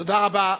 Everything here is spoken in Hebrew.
תודה רבה.